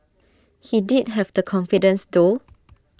he did have the confidence though